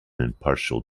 impartial